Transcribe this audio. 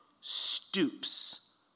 stoops